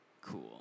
Cool